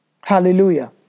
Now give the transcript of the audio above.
Hallelujah